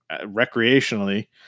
recreationally